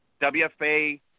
WFA